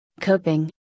coping